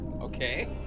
okay